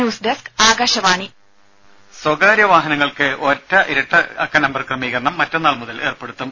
news desk Akashvani രുഭ സ്വകാര്യ വാഹനങ്ങൾക്ക് ഒറ്റ ഇരട്ട അക്ക നമ്പർ ക്രമീകരണം മറ്റന്നാൾ മുതൽ ഏർപ്പെടുത്തും